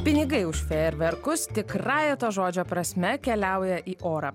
pinigai už fejerverkus tikrąja to žodžio prasme keliauja į orą